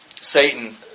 Satan